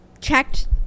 checked